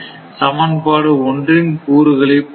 சமன்பாடு ஒன்றின் கூறுகளை பாருங்கள்